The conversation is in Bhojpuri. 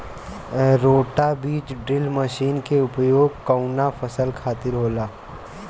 रोटा बिज ड्रिल मशीन के उपयोग कऊना फसल खातिर होखेला?